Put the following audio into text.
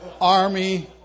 Army